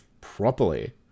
properly